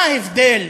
מה ההבדל,